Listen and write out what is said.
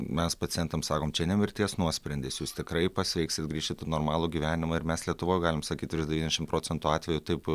mes pacientams sakom čia ne mirties nuosprendis jūs tikrai pasveiksit grįšit į normalų gyvenimą ir mes lietuvoj galim sakyti yra devyniasdešimt procentų atvejų taip